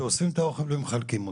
שאוספים את האוכל ומחלקים.